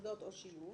מוסדות או שילוב